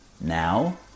Now